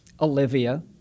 Olivia